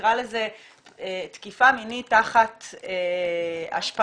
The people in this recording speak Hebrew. נקרא לזה "תקיפה מינית תחת השפעה-לאן?".